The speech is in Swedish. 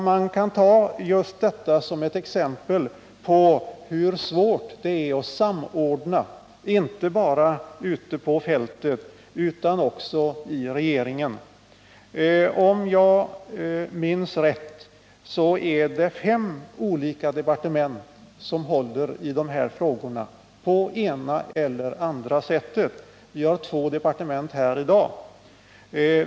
Man kan ta just detta som exempel på hur svårt det är att samordna, inte bara ute på fältet utan också inom regeringen. Om jag minns rätt håller fem olika departement i de här frågorna på det ena eller andra sättet. Två departement är representerade här i dag.